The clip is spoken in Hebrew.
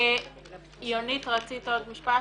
יונית, רצית עוד משפט?